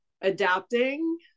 adapting